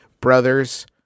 brothers